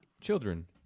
children